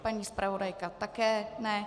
Paní zpravodajka také ne.